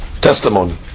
testimony